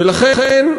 ולכן,